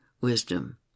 wisdom